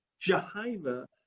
Jehovah